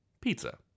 pizza